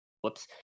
Whoops